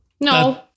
No